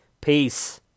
Peace